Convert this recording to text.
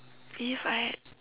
if I had